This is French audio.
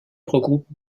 regroupe